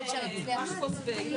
נעשה הפסקה לא גדולה.